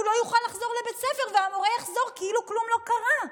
הוא לא יוכל לחזור לבית הספר והמורה יחזור כאילו כלום לא קרה.